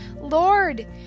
Lord